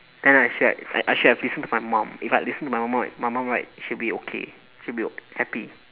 then I should have I I should have listened to my mum if I listen to my mum right my mum right she would be okay she would be happy